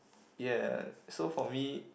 ye so for me